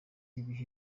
ibihe